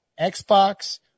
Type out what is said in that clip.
Xbox